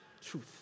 truth